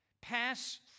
pass